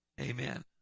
Amen